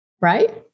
right